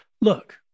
Look